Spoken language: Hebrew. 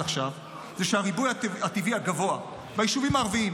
עכשיו היא שהריבוי הטבעי הגבוה ביישובים הערביים,